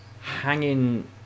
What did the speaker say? hanging